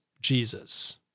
Jesus